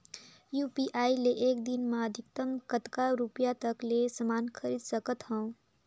UPI ले एक दिन म अधिकतम कतका रुपिया तक ले समान खरीद सकत हवं?